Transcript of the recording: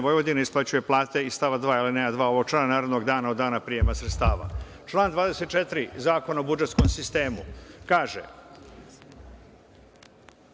Vojvodine isplaćuje plate iz stava 2. alineja 2. ovog člana narednog dana od dana prijema sredstava. Član 24. Zakona o budžetskom sistemu kaže